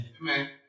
Amen